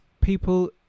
people